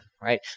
right